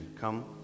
Come